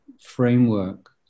framework